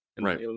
right